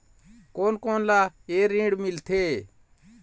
कोन कोन ला ये ऋण मिलथे?